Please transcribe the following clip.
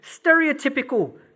stereotypical